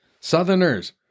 Southerners